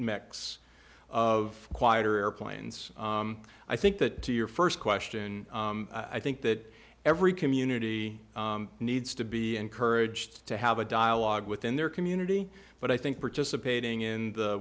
mix of quieter airplanes i think that to your st question i think that every community needs to be encouraged to have a dialogue within their community but i think participating in the